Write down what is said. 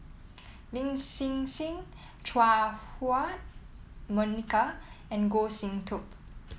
Lin Hsin Hsin Chua Ah Huwa Monica and Goh Sin Tub